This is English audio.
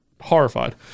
Horrified